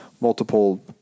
multiple